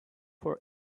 for